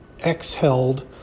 exhaled